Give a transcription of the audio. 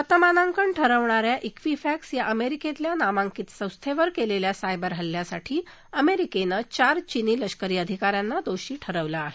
पतमानांकन ठरवणा या शिवफक्ति या अमेरिकेतल्या नामांकित संस्थेवर केलेल्या सायबर हल्ल्यासाठी अमेरिकेनं चार चिनी लष्करी अधिकाऱ्यांना दोषी ठरवलं आहे